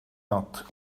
not